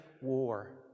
war